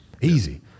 Easy